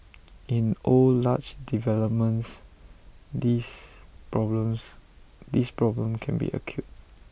in old large developments this problems this problem can be acute